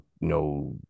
no